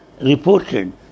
reported